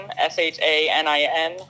s-h-a-n-i-n